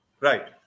Right